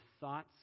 thoughts